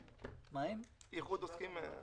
אז